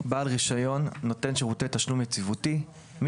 "בעל רישיון נותן שירותי תשלום יציבותי" - מי